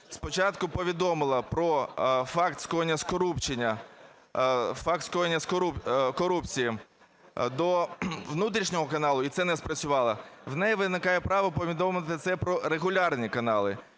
спочатку повідомила про факт скоєння корупції до внутрішнього каналу і це не спрацювало, в неї виникає право повідомити це про регулярні канали.